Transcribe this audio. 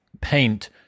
paint